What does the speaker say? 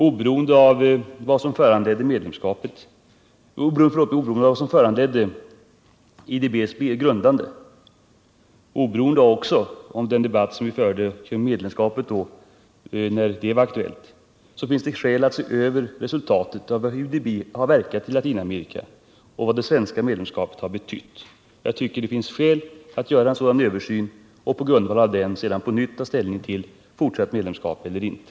Oberoende av vad som föranledde IDB:s grundande och oberoende av den debatt som vi förde kring medlemskapet när det var aktuellt, finns det skäl att se över resultatet av IDB:s verksamhet i Latinamerika och vad det svenska medlemskapet har betytt och sedan ta ställning till frågan om fortsatt medlemskap eller inte.